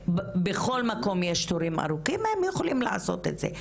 ובכל מקום יש תורים ארוכים אז הן יכולות לעשות את זה.